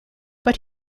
but